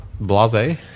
Blase